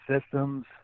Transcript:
systems